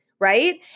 right